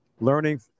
learning